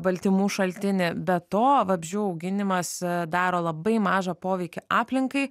baltymų šaltinį be to vabzdžių auginimas daro labai mažą poveikį aplinkai